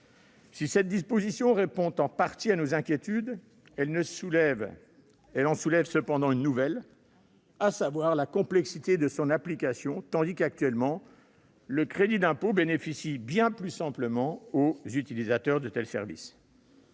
Si cette disposition répond en partie à nos inquiétudes, elle en soulève une nouvelle, à savoir la complexité de son application, tandis que, actuellement, le crédit d'impôt bénéficie bien plus simplement aux utilisateurs de tels services.